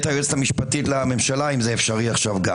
היועצת המשפטית לממשלה אם זה אפשרי עכשיו.